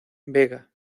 vega